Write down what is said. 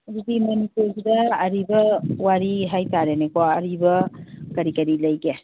ꯑꯗꯨꯗꯤ ꯃꯅꯤꯄꯨꯔꯒꯤꯗ ꯑꯔꯤꯕ ꯋꯥꯔꯤ ꯍꯥꯏꯇꯥꯔꯦꯅꯦꯀꯣ ꯑꯔꯤꯕ ꯀꯔꯤ ꯀꯔꯤ ꯂꯩꯒꯦ